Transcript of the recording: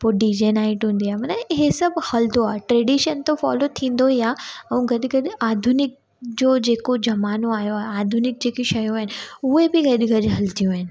पोइ D J night हूंदी आहे मना हीअ सभु हलंदो आहे ट्रैडिशन त फॉलो थींदो ई आहे ऐं गॾु गॾु आधुनिक जो जेको ज़मानो आयो आहे आधुनिक जेकी शयूं आहिनि उहे बि गॾु गॾु हलंदियूं आहिनि